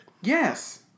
yes